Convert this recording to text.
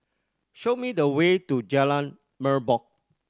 show me the way to Jalan Merbok